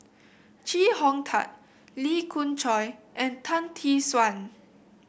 Chee Hong Tat Lee Khoon Choy and Tan Tee Suan